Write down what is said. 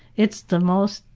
it's the most,